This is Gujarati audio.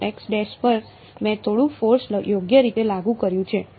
તેથી xx' પર મેં થોડું ફોર્સ યોગ્ય રીતે લાગુ કર્યું છે